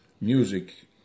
music